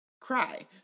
cry